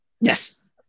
Yes